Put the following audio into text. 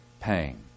pain